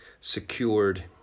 secured